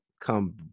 come